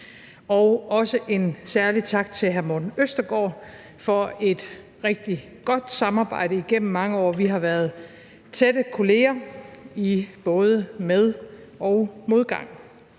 og også en særlig tak til hr. Morten Østergaard for et rigtig godt samarbejde igennem mange år. Vi har været tætte kolleger i både med- og modgang,